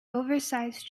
oversized